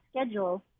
schedule